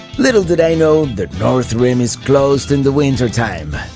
little did i know the north rim is closed in the wintertime.